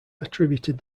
attributed